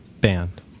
band